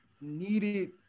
needed